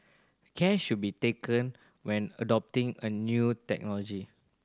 care should be taken when adopting a new technology